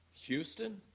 Houston